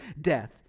death